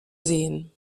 sehen